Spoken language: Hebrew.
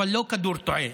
אבל לא מכדור תועה.